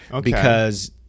because-